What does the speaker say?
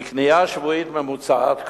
בקנייה שבועית ממוצעת,